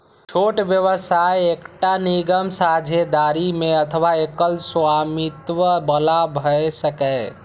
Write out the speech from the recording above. छोट व्यवसाय एकटा निगम, साझेदारी मे अथवा एकल स्वामित्व बला भए सकैए